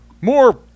more